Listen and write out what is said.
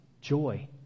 Joy